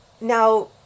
Now